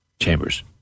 chambers